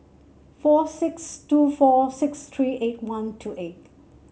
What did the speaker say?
four six two four six three eight one two eight